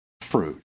fruit